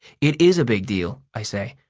it is a big deal, i say.